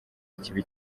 kibi